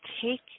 take